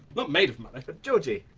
but made of money. georgie!